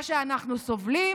מה שאנחנו סובלים,